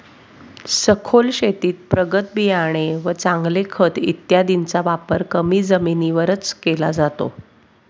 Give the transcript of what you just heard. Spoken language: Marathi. सखोल शेतीत प्रगत बियाणे व चांगले खत इत्यादींचा वापर कमी जमिनीवरच केला जातो